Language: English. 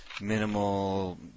minimal